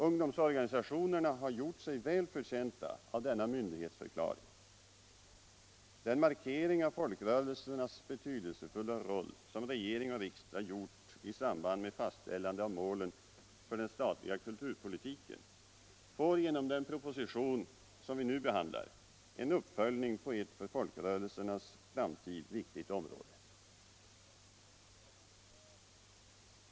Ungdomsorganisationerna har gjort sig väl förtjänta av den myndighetsförklaringen. Den markering av folkrörelsernas betydelsefulla roll som regering och riksdag har gjort i samband med fastställande av målen för den statliga kulturpolitiken får genom den proposition som vi nu behandlar en uppföljning på ett för folkrörelsernas framtid viktigt område.